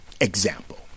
Example